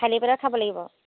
খালী পেটত খাব লাগিব